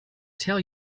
tell